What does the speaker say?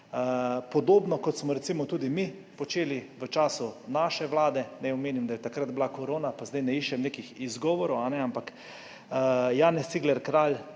Podobno kot smo recimo tudi mi počeli v času naše vlade, naj omenim, da je bila takrat korona, pa zdaj ne iščem nekih izgovorov, ampak Janez Cigler Kralj